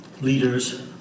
leaders